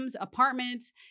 apartments